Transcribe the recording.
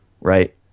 right